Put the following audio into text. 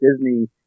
Disney